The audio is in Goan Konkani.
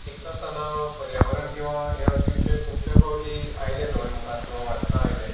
शिकता आसतना पर्यावरण किंवां हें अशें खूबश्या पावटी आयलें दोळ्या मुखार किंवां वाचनांत आयलें